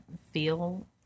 feel